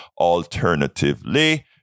Alternatively